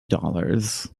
dollars